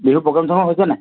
Bihu programme চৰগেম হৈছে নাই